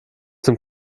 zum